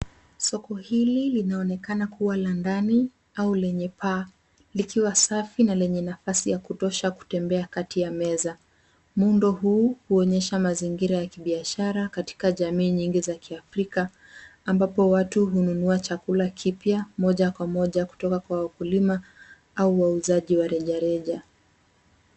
Soko hili linaonekana kua la ndani au lenye paa, likiwa safi na lenye nafasi ya kutosha kutembea kati ya meza. Muundo huu uonyesha mazingira ya kibiashara katika jamii nyingi za kiafrika, ambapo watu hununua chakula kipya, moja kwa moja kutoka kwa wakulima au wauzaji wa rejareja.